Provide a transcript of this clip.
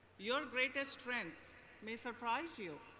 your greatest strengths may surprise you.